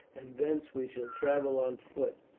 and thence we shall travel on foot.